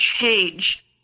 change